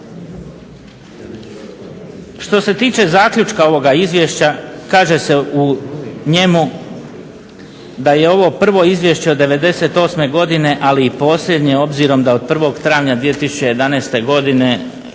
Što se tiče zaključka ovoga Izvješća kaže se u njemu da je ovo prvo izvješće od '98. godine ali i posljednje obzirom da od 1. travnja 2011. godine